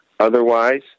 Otherwise